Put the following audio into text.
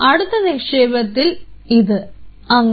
അടുത്ത നിക്ഷേപത്തിൽ ഇത് അങ്ങനെ